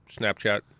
Snapchat